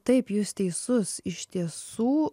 taip jūs teisus iš tiesų